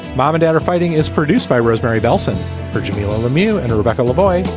mom and dad are fighting is produced by rosemarie belson jamilah lemieux and rebecca lavoy.